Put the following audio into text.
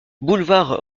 boulevard